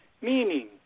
meaning